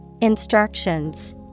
Instructions